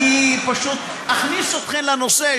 אני פשוט אכניס אתכן לנושא,